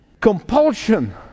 compulsion